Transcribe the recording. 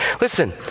Listen